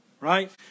right